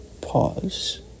pause